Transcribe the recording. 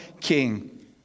king